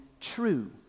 true